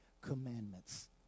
commandments